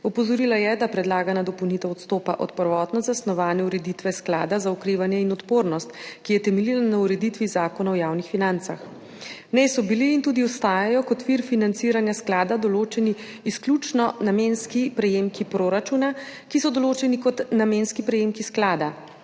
Opozorila je, da predlagana dopolnitev odstopa od prvotno zasnovane ureditve Sklada za okrevanje in odpornost, ki je temeljila na ureditvi Zakona o javnih financah. V njej so bili in tudi ostajajo kot vir financiranja sklada določeni izključno namenski prejemki proračuna, ki so določeni kot namenski prejemki sklada.